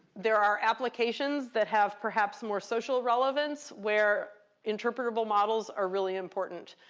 there are applications that have perhaps more social relevance where interpretable models are really important.